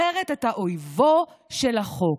אחרת אתה אויבו של החוק.